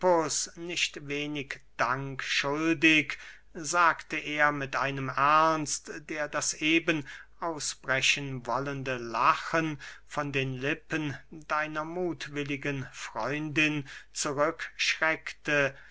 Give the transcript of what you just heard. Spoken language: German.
nicht wenig dank schuldig sagte er mit einem ernst der das eben ausbrechen wollende lachen von den lippen deiner muthwilligen freundin